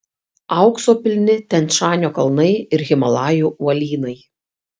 aukso pilni tian šanio kalnai ir himalajų uolynai